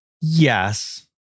Yes